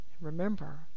Remember